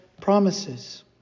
promises